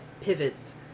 pivots